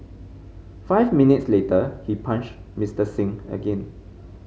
five minutes later he punched Mister Singh again